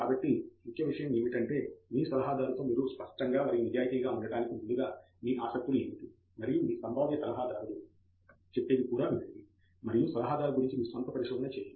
కాబట్టి ముఖ్య విషయం ఏమిటంటే మీ సలహాదారుతో చాలా స్పష్టంగా మరియు నిజాయితీగా ఉండటానికి ముందుగా మీ ఆసక్తులు ఏమిటి మరియు మీ సంభావ్య సలహాదారుడు చెప్పేది కూడా వినండి మరియు సలహాదారు గురించి మీ స్వంత పరిశోధన చేయండి